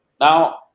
Now